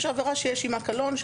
יש עבירה שיש עמה קלון,